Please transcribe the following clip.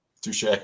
touche